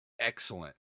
excellent